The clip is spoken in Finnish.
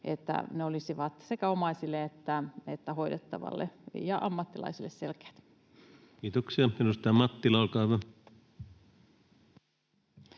että ne olisivat sekä omaisille että hoidettavalle ja ammattilaisille selkeät. Kiitoksia. — Edustaja Mattila, olkaa hyvä.